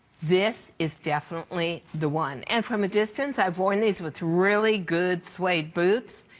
this is definitely the one. and from a distance i have worn these with really good suede boots,